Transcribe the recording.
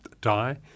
die